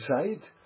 inside